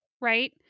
right